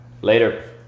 Later